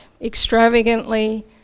extravagantly